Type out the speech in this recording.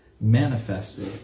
manifested